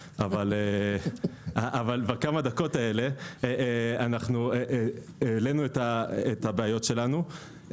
בכמה דקות האלה העלינו את הבעיות שלנו,